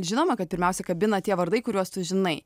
žinoma kad pirmiausia kabina tie vardai kuriuos tu žinai